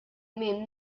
minn